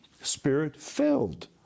Spirit-filled